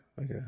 Okay